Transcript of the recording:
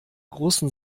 großen